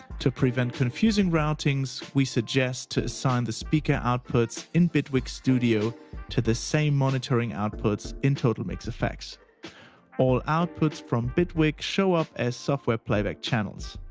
to prevent confusing routings, we suggest to assign the speaker outputs in bitwig studio to the same monitoring outputs in totalmixfx. all outputs from bitwig show up as software playback channels.